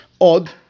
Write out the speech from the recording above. Odd